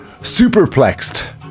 Superplexed